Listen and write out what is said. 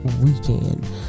weekend